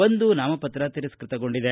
ಒಂದು ನಾಮಪತ್ರ ತಿರಸ್ಕತಗೊಂಡಿದೆ